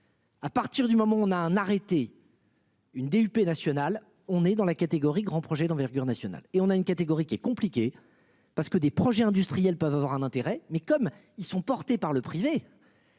À partir du moment où on a un arrêté. Une DUP nationale. On est dans la catégorie grand projet d'envergure nationale et on a une catégorie qui est compliqué parce que des projets industriels peuvent avoir un intérêt mais comme ils sont portés par le privé.